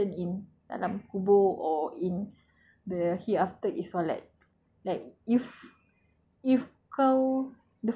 they say the first thing that will be questioned in alam kubur or in the hereafter is solat like if